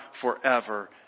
forever